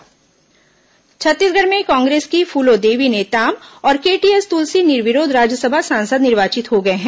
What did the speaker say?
राज्यसभा निर्वाचन छत्तीसगढ़ में कांग्रेस की फूलोदेवी नेताम और केटीएस तुलसी निर्विरोध राज्यसभा सांसद निर्वाचित हो गए हैं